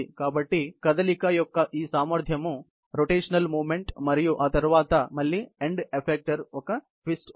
కాబట్టి కదలిక యొక్క ఈ సామర్ధ్యం భ్రమణ కదలిక మరియు తరువాత మళ్ళీ ఎండ్ ఎఫెక్టరుపై ఒక ట్విస్ట్ ఉంటుంది